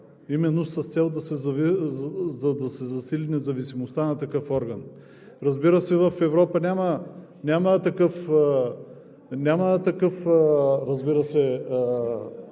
пожизнен, с цел да се засили независимостта на такъв орган. Разбира се, в Европа няма такъв